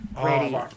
ready